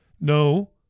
No